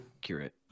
Curate